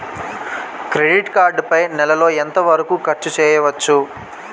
Credit card పై నెల లో ఎంత వరకూ ఖర్చు చేయవచ్చు?